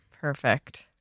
perfect